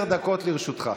עשר דקות לרשותך.